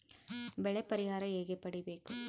ಬೆಳೆ ಪರಿಹಾರ ಹೇಗೆ ಪಡಿಬೇಕು?